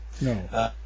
No